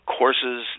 courses